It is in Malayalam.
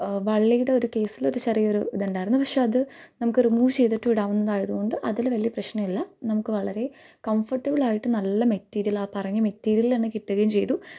വള്ളിയുടെ ഒരു കേസിൽ ഒരു ചെറിയൊരു ഇതുണ്ടായിരുന്നു പക്ഷേ അത് നമുക്ക് റിമൂവ് ചെയ്തിട്ട് ഇടാവുന്നതായതുകൊണ്ട് അതിൽ വലിയ പ്രശ്നമില്ല നമുക്ക് വളരെ കംഫർട്ടബിളായിട്ട് നല്ല മെറ്റീരിൽ ആ പറഞ്ഞ മെറ്റീരിയലന്നെ കിട്ടുകയും ചെയ്തു